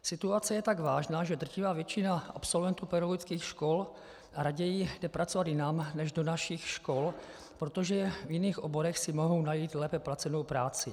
Situace je tak vážná, že drtivá většina absolventů pedagogických škol raději jde pracovat jinam než do našich škol, protože v jiných oborech si mohou najít lépe placenou práci.